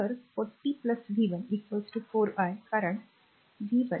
तर 40 v 1 4 I कारण v 1